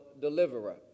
deliverer